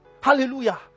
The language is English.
Hallelujah